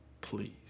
please